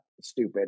stupid